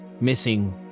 missing